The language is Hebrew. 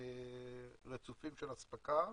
רצופים של אספקה.